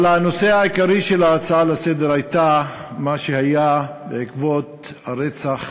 אבל הנושא העיקרי של ההצעה לסדר-היום היה מה שהיה בעקבות הרצח